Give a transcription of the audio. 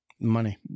money